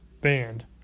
band